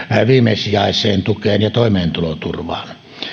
viimesijaiseen tukeen ja toimeentuloturvaan